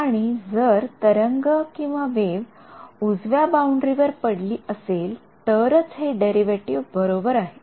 आणि जर तरंगवेव्ह उजव्या बाउंडरी वर पडली तरच हे डेरिवेशन बरोबर आहे